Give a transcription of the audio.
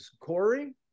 Corey